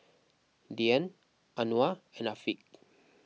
Dian Anuar and Afiq